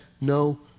no